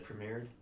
premiered